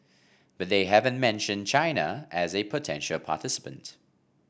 but they haven't mentioned China as a potential participant